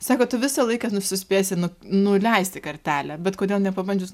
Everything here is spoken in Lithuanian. sako tu visą laiką nu suspėsi nu nuleisti kartelę bet kodėl nepabandžius